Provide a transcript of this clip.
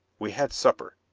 we had supper,